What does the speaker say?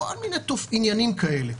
עניינים כאלה.